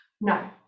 No